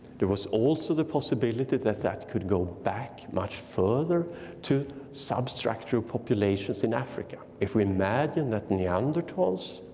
there was also the possibility that that could go back much further to substructure populations in africa. if we imagine that neanderthals,